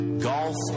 golf